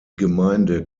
gemeinde